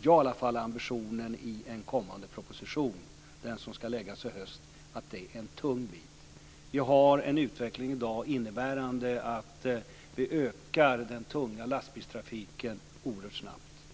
jag i alla fall har ambitionen att i den proposition som ska läggas fram i höst ha med som en tung bit. I dag har vi en utveckling innebärande att vi ökar den tunga lastbilstrafiken oerhört snabbt.